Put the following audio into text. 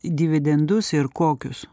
dividendus ir kokius